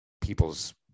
people's